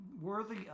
worthy